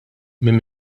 minn